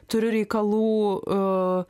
turiu reikalų